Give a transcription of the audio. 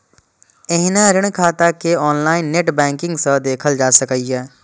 एहिना ऋण खाता कें ऑनलाइन नेट बैंकिंग सं देखल जा सकैए